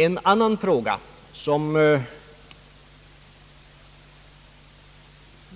En annan fråga som